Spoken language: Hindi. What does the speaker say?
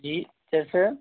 जी जैसे